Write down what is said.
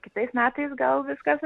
kitais metais gal viskas